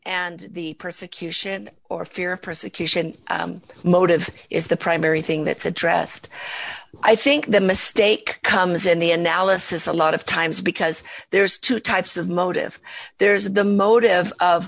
and the persecution or fear of persecution motive is the primary thing that's addressed i think the mistake comes in the analysis a lot of times because there's two types of motive there's the motive of